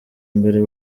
mbere